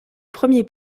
premier